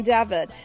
David